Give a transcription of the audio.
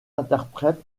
interprètes